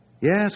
Yes